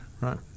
right